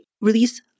Release